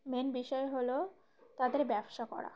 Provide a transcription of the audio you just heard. main বিষয় হলো তাদের ব্যবসা করা